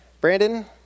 Brandon